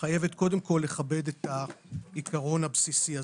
חייבים קודם כל לכבד את העיקרון הבסיסי הזה.